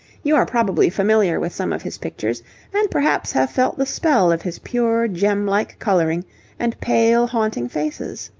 you are probably familiar with some of his pictures and perhaps have felt the spell of his pure gem-like colouring and pale, haunting faces.